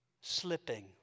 slipping